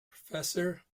professor